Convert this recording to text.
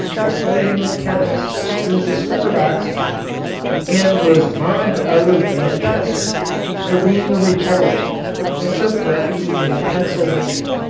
the clergyman chemist who discovered oxygen and was mobbed out of manchester for being a republican and took refuge in pennsylvania.